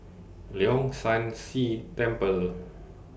Leong San See Temple